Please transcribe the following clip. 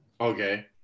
okay